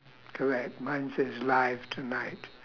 correct mine says live tonight